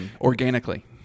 organically